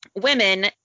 women